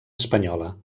espanyola